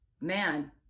man